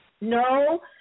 No